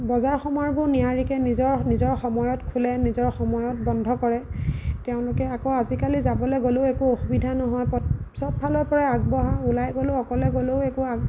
বজাৰ সমাৰবোৰ নিয়াৰিকৈ নিজৰ নিজৰ সময়ত খোলে নিজৰ সময়ত বন্ধ কৰে তেওঁলোকে আকৌ আজিকালি যাবলৈ গ'লেও একো অসুবিধা নহয় পত সব ফালৰ পৰা আগবঢ়া ওলাই গ'লেও অকলে গ'লেও একো